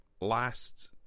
Last